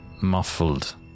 muffled